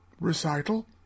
recital